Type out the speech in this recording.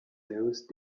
those